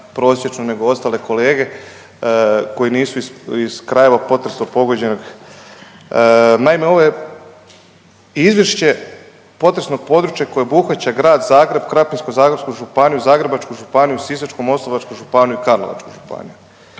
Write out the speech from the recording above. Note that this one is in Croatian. nego ostale kolege koji nisu iz krajeva potresom pogođenog. Naime, ovo je izvješće potresnog područja koje obuhvaća grad Zagreb, Krapinsko-zagorsku županiju, Zagrebačku županiju, Sisačko-moslavačku županiju i Karlovačku županiju.